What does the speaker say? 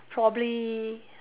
probably